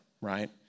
right